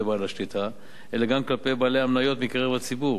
בעל השליטה אלא גם כלפי בעלי המניות מקרב הציבור.